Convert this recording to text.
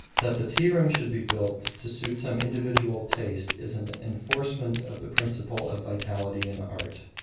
that the tea-room should be built to suit some individual taste is an enforcement of the principle of vitality in art.